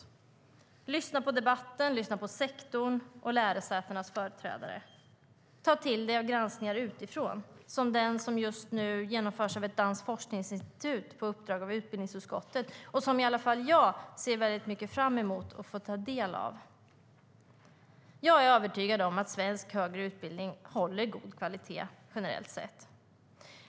Jag skulle lyssna på debatten, på sektorn och på lärosätenas företrädare. Jag skulle ta till mig av granskningar utifrån, som den som just nu genomförs av ett danskt forskningsinstitut på uppdrag av utbildningsutskottet och som i alla fall jag ser mycket fram emot att få ta del av. Jag är övertygad om att svensk högre utbildning håller god kvalitet generellt sett.